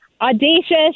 audacious